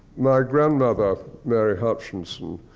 my grandmother, mary hutchinson,